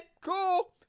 cool